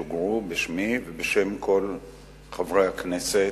ששוגרו בשמי ובשם כל חברי הכנסת.